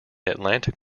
atlantic